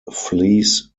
flees